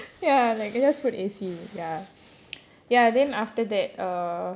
ya like just put A_C ya ya then after that err